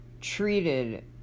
treated